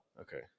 Okay